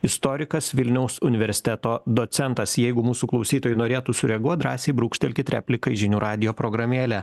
istorikas vilniaus universiteto docentas jeigu mūsų klausytojai norėtų sureaguot drąsiai brūkštelkit repliką į žinių radijo programėlę